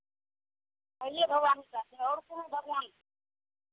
भगवान टा आओर कोन भगवानके